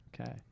okay